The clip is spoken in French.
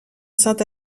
saint